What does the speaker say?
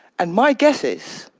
and my guess is,